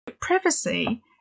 Privacy